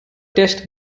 test